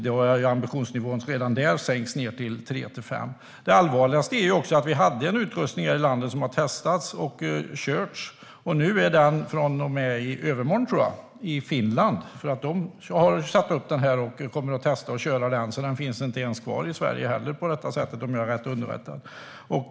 Men ambitionsnivån har sänkts till tre till fem hamnar. Vi hade en utrustning här i landet som har testats och körts, men från och med i övermorgon är den i Finland för att de ska testa den. Utrustningen finns alltså inte ens kvar i Sverige, om jag är rätt underrättad.